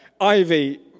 Ivy